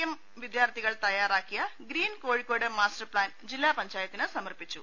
M വിദ്യാർത്ഥികൾ തയ്യാറാക്കിയ green Kozhikode master plan ജില്ലാ പഞ്ചായത്തിന് സമർപ്പിച്ചു